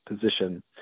position